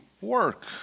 work